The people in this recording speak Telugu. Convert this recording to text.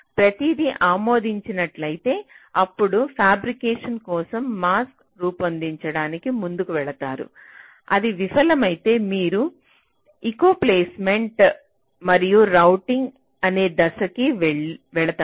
ప్రతిదీ ఆమోదించినట్లయితే అప్పుడు ఫ్యాబ్రికేషన్ కోసం మాస్క్ రూపొందించడానికి ముందుకు వెళతారు అది విఫలమైతే మీరు ECO ప్లేస్మెంట్ మరియు రౌటింగ్ అనే దశ కి వెళతారు